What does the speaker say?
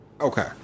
Okay